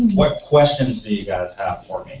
what questions do you guys have for me?